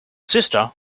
sister